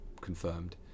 confirmed